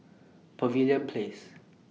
Pavilion Place